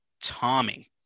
Tommy